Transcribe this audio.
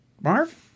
Marv